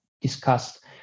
discussed